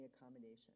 accommodation